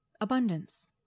abundance